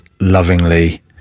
lovingly